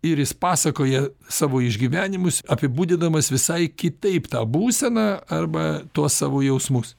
ir jis pasakoja savo išgyvenimus apibūdindamas visai kitaip tą būseną arba tuos savo jausmus